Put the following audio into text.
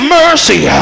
mercy